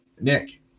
Nick